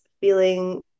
feeling